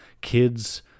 kids